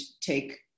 take